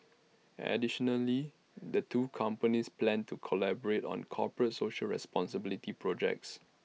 additionally the two companies plan to collaborate on corporate social responsibility projects